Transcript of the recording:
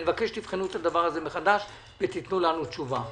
אני מבקש שתבחנו את זה שוב ותנו לנו תשובה.